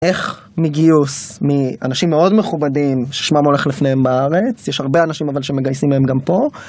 איך מגיוס מאנשים מאוד מכובדים ששמם הולך לפניהם בארץ? יש הרבה אנשים אבל שמגייסים להם גם פה.